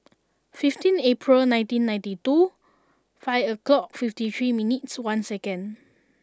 fifteen April nineteen ninety two five o'clock fifty three minutes one seconds